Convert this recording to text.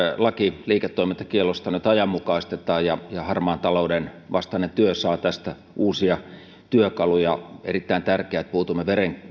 laki liiketoimintakiellosta nyt ajanmukaistetaan ja harmaan talouden vastainen työ saa tästä uusia työkaluja on erittäin tärkeää että puutumme